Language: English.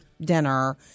dinner